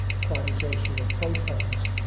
quantization of photons,